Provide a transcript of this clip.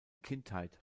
kindheit